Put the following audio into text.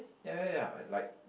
ya ya ya I like